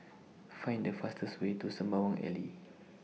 Find The fastest Way to Sembawang Alley